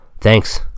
Thanks